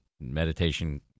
meditation